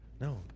No